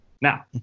Now